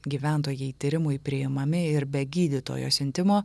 gyventojai tyrimui priimami ir be gydytojo siuntimo